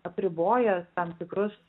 apriboja tam tikrus